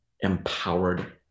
empowered